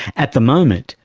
at the moment,